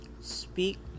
Speak